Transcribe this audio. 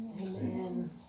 Amen